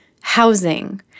housing